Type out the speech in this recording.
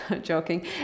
joking